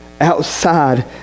outside